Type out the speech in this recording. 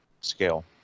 scale